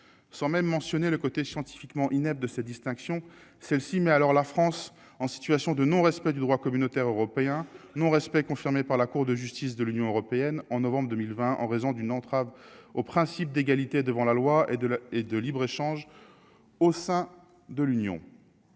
sans même mentionner le côté scientifiquement inepte de ces distinctions, celle-ci mais alors la France en situation de non-respect du droit communautaire européen non respect, confirmée par la Cour de justice de l'Union européenne en novembre 2020 en raison d'une entrave au principe d'égalité devant la loi et de la et de libre échange au sein de l'Union,